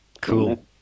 Cool